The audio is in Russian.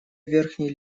верхний